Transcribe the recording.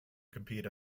compete